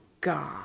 God